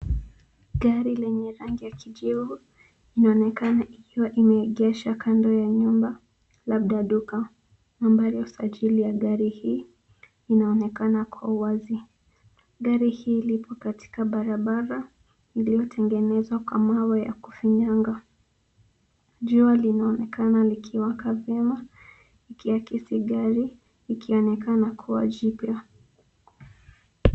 Gari lenye rangi ya kijivu inaonekana ikiwa imeegeshwa kando ya nyumba labda duka. Nambari ya usajili ya gari hii inaonekana kwa uwazi. Gari hii lipo katika barabara iliotengenezwa kwa mawe yakufinyanga. Jua linaonekana likiwaka vyema. ikiakisi gari, ikionekana kuwa jipya.